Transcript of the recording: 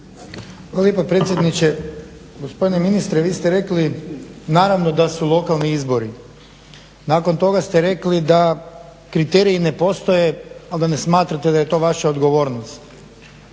Hvala lijepa predsjedniče. Gospodine ministre vi ste rekli, naravno da su lokalni izbori. Nakon toga ste rekli da kriteriji ne postoje ali da ne smatrate da je to vaša odgovornost.